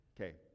Okay